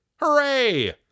Hooray